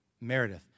Meredith